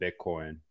Bitcoin